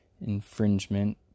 infringement